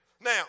Now